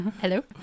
hello